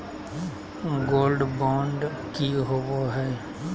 Gold bond की होबो है?